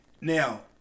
Now